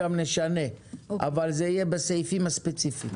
נשנה אבל זה יהיה בסעיפים הספציפיים.